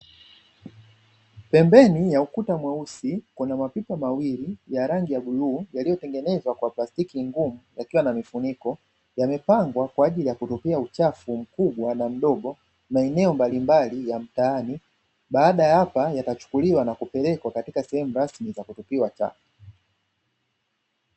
Pembeni ya ukuta mweusi, kuna mapipa mawili ya rangi ya bluu yaliyotengenezwa kwa plastiki ngumu ykiwa na mifuniko. Yamepangwa kwa ajili ya kutupia uchafu mkubwa na mdogo maeneo mbalimbali ya mtaani, baada ya hapa yatachukuliwa na kupelekwa katika sehemu rasmi za kutupia taka.